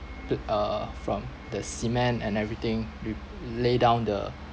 the uh from the cement and everything we lay down the